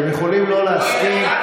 אתם יכולים לא להסכים,